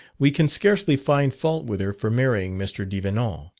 we can scarcely find fault with her for marrying mr. devenant.